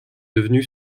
devenue